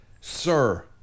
Sir